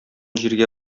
җиргә